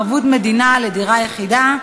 ערבות מדינה לדירה יחידה),